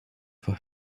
for